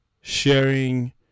sharing